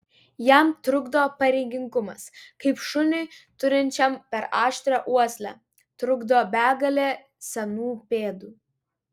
jam trukdo pareigingumas kaip šuniui turinčiam per aštrią uoslę trukdo begalė senų pėdų